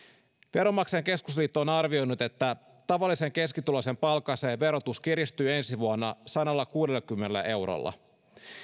veronmaksajain keskusliitto on arvioinut että tavallisen keskituloisen palkansaajan verotus kiristyy ensi vuonna sadallakuudellakymmenellä eurolla